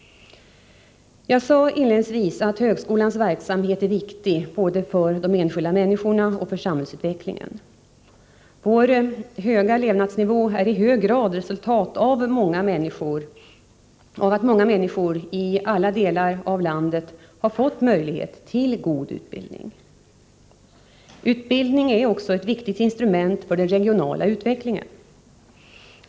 Jag sade inledningsvis att högskolans verksamhet är viktig både för de enskilda människorna och för samhällsutvecklingen. Vår höga levnadsnivå är i hög grad resultatet av att många människor i alla delar av landet har fått möjlighet till en god utbildning. Utbildningen är också ett viktigt instrument för den regionala utvecklingen.